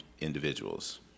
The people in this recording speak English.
individuals